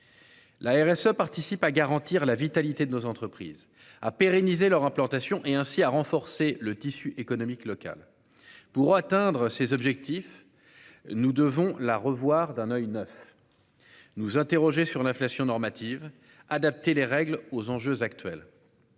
L'ARS participe à garantir la vitalité de nos entreprises à pérenniser leur implantation et ainsi à renforcer le tissu économique local. Pour atteindre ces objectifs. Nous devons la revoir d'un oeil neuf. Nous interroger sur l'inflation normative adapter les règles aux enjeux actuels.